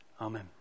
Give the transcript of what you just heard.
Amen